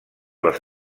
les